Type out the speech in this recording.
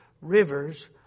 rivers